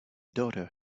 daughter